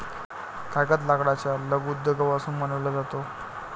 कागद लाकडाच्या लगद्यापासून बनविला जातो